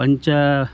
ಪಂಚ